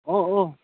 অঁ অঁ